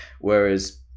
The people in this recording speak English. Whereas